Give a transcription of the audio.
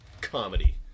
comedy